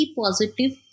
positive